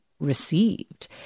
received